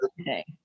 okay